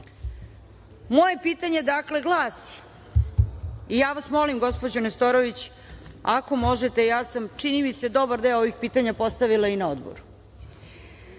pitanje glasi, i ja vas molim, gospođo Nestorović, ako možete, ja sam čini mi se dobar deo ovih pitanja postavila i na odboru.